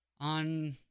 On